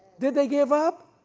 did they give up?